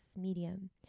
medium